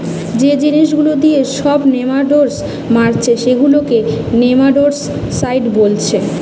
যে জিনিস গুলা দিয়ে সব নেমাটোড মারছে সেগুলাকে নেমাটোডসাইড বোলছে